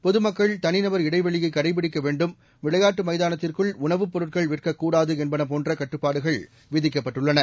பொதுமக்கள் தனிநபர் இடைவெளியை கடைபிடிக்க வேண்டும் விளையாட்டு மைதானத்திற்குள் உணவுப் பொருட்கள் விற்கக் கூடாது என்பது போன்ற கட்டுப்பாடுகள் விதிக்கப்பட்டுள்ளன